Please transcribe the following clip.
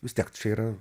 vis tiek čia yra